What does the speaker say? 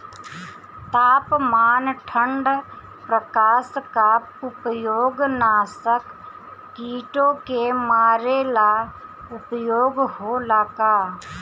तापमान ठण्ड प्रकास का उपयोग नाशक कीटो के मारे ला उपयोग होला का?